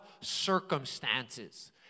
circumstances